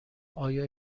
آیا